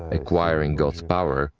acquiring god's power,